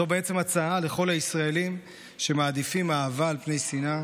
זו בעצם הצעה לכל הישראלים שמעדיפים אהבה על שנאה